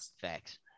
facts